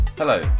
Hello